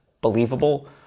believable